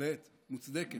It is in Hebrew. בהחלט מוצדקת.